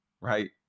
right